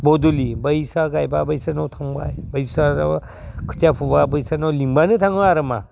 बदिलि बैस्रा गायबा बैसानाव थांबाय बैस्रा खोथिया फुबा लिंबानो थाङो आरोमा